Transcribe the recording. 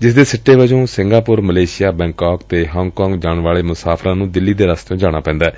ਜਿਸ ਦੇ ਸਿੱਟੇ ਵਜੋਂ ਸਿੰਘਾਪੁਰ ਮਲੇਸ਼ੀਆ ਬੈਂਗਕਾਕ ਅਤੇ ਹਾਂਗਕਾਂਗ ਜਾਣ ਵਾਲੇ ਮੁਸਾਫਰਾਂ ਨੂੰ ਦਿੱਲੀ ਦੇ ਰਸਤਿਓਂ ਜਾਣਾ ਪੈਂਦੈ